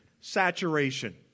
saturation